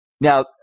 Now